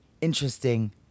Interesting